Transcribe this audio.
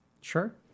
Sure